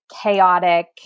chaotic